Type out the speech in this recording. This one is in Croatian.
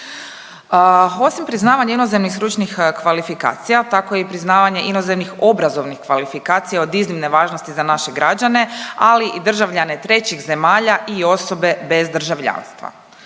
Osim priznavanja inozemnih stručnih kvalifikacija, tako i priznavanje inozemnih obrazovnih kvalifikacija od iznimne važnosti za naše građane, ali i državljane trećih zemalja i osobe bez državljanstva.